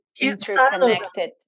interconnected